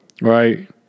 right